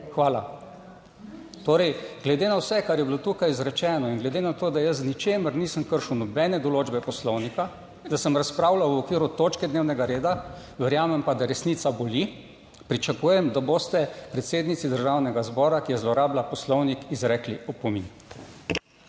Hvala. Torej, glede na vse kar je bilo tukaj izrečeno in glede na to, da jaz z ničemer nisem kršil nobene določbe 71. TRAK: (SC) – 15.50 (nadaljevanje) Poslovnika, da sem razpravljal v okviru točke dnevnega reda, verjamem pa, da resnica boli. Pričakujem, da boste predsednici Državnega zbora, ki je zlorabila poslovnik, izrekli opomin.